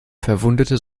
verwundete